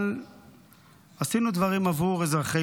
אבל יכול להיות שעשינו דברים עבור אזרחי